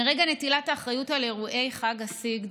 מרגע נטילת האחריות על אירועי חג הסיגד